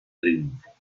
triunfo